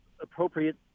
appropriate